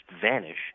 vanish